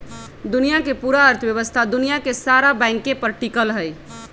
दुनिया के पूरा अर्थव्यवस्था दुनिया के सारा बैंके पर टिकल हई